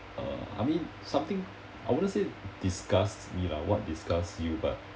uh I mean something I wouldn't say disgusts me lah what disgusts you but